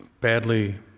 badly